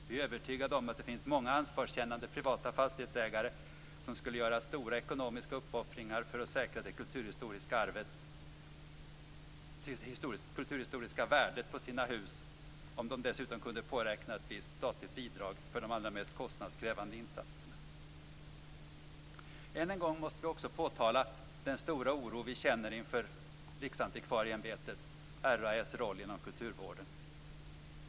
Vi är övertygade om att det finns många ansvarskännande privata fastighetsägare som skulle göra stora ekonomiska uppoffringar för att säkra det kulturhistoriska värdet på sina hus om de dessutom kunde påräkna ett visst statligt bidrag för de allra mest kostnadskrävande insatserna. Jag måste än en gång påtala den stora oro vi känner inför Riksantikvarieämbetets roll inom kulturvården.